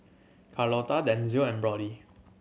Carlota Denzil and Brody